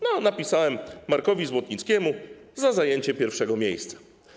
No napisałem: Markowi Złotnickiemu za zajęcie pierwszego miejsca.